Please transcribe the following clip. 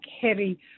heavy